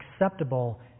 acceptable